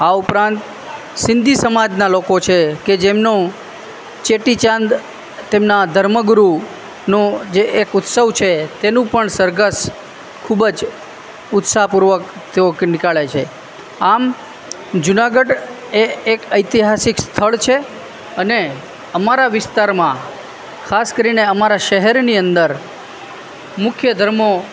આ ઉપરાંત સિંધી સમાજના લોકો છે કે જેમનું ચેટીચાંદ તેમના ધર્મ ગુરુનું જે એક ઉત્સવ છે તેનું પણ સરઘસ ખૂબ જ ઉત્સાહપૂર્વક તેઓ નીકાળે છે આમ જુનાગઢ એ એક ઐતિહાસિક સ્થળ છે અને અમારા વિસ્તારમાં ખાસ કરીને અમારા શહેરની અંદર મુખ્ય ધર્મો